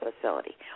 facility